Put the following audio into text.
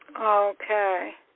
Okay